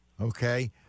Okay